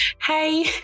hey